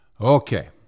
okay